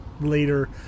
later